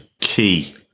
key